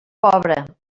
pobre